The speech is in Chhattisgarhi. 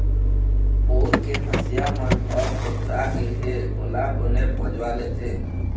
पउर के हँसिया मन ह भोथरा गे हे ओला बने पजवा लेते